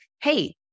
hey